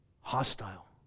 Hostile